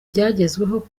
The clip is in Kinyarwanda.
byagezweho